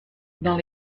dans